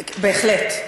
בהחלט.